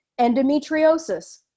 Endometriosis